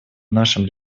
нашем